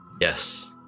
Yes